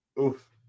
Oof